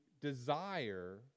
desire